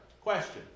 Question